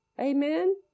Amen